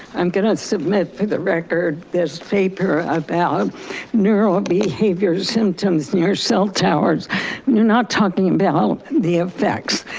i'm gonna submit for the record this paper about neuro-behavior symptoms near cell towers. you're not talking about the effects.